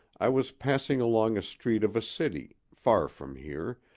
i was passing along a street of a city, far from here,